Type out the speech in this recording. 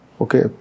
okay